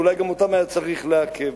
ואולי גם אותם היה צריך לעכב.